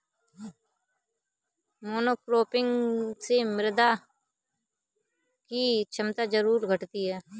monocropping से मृदा की क्षमता जरूर घटती है